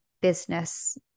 business